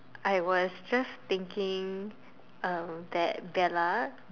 I was just thinking uh that Bella